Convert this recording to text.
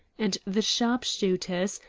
and the sharp-shooters,